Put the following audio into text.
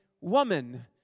woman